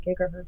gigahertz